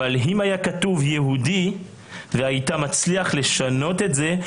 אם היה כתוב יהודי והיית מצליח לשנות את זה,